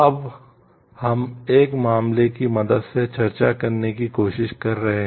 अब हम एक मामले की मदद से चर्चा करने की कोशिश कर रहे हैं